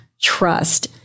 trust